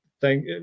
thank